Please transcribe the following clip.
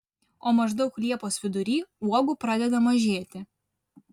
o maždaug liepos vidury uogų pradeda mažėti